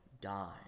die